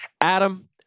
Adam